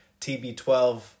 TB12